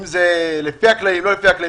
אם זה לפי הכללים או לא לפי הכללים,